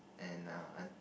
and err lunch